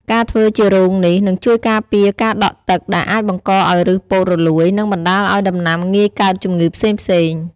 ការធ្វើជារងនេះ នឹងជួយការពារការដក់ទឹក ដែលអាចបង្កឱ្យឬសពោតរលួយ និងបណ្ដាលឱ្យដំណាំងាយកើតជំងឺផ្សេងៗ។